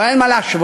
אבל אין מה להשוות.